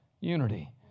unity